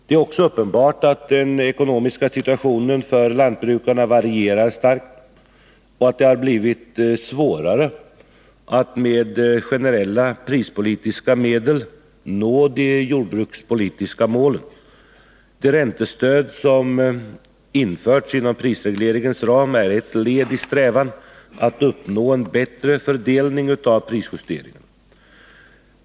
Det är också uppenbart att den ekonomiska situationen för lantbrukarna varierar starkt och att det har blivit svårare att med generella prispolitiska medel nå de jordbrukspolitiska målen. Det räntestöd som har införts inom prisutvecklingens ram är ett led i strävan att uppnå en bättre fördelning av prisjusteringen.